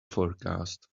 forecast